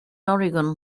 oregon